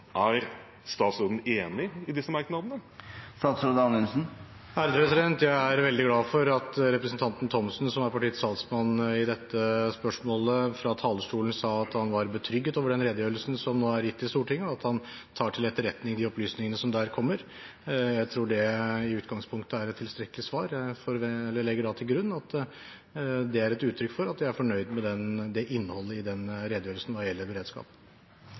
Er statsråden enig i disse merknadene? Jeg er veldig glad for at representanten Thomsen, som er partiets talsmann i dette spørsmålet, fra talerstolen sa at han var betrygget av den redegjørelsen som nå er gitt til Stortinget, og at han tar til etterretning de opplysningene som der kommer. Jeg tror det i utgangspunktet er et tilstrekkelig svar. Jeg legger da til grunn at det er et uttrykk for at de er fornøyd med innholdet i redegjørelsen hva gjelder beredskap.